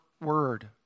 word